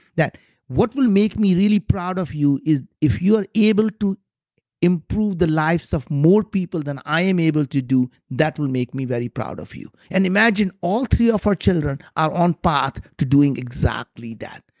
what will make me really proud of you is if you are able to improve the lives of more people than i am able to do, that will make me very proud of you. and imagine all three of our children are on path to doing exactly that.